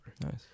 Nice